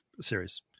series